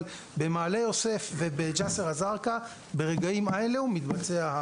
אבל במעלה יוסף ובג'סר א-זרקא הסקר מתבצע ברגעים אלו.